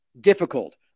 difficult